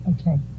Okay